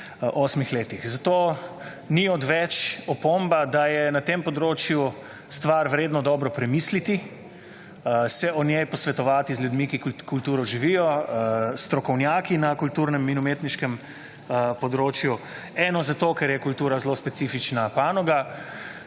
7, 8 letih, zato ni odveč opomba, da je na tem področju stvar vredno dobro premisliti se o njej posvetovati z ljudmi, ki kulturo živijo, strokovnjaki na kulturnem in umetniškem področju. Eno zato, ker je kultura zelo specifična panoga.